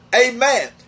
Amen